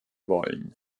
wollen